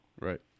Right